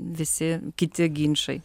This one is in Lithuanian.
visi kiti ginčai